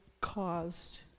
caused